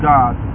God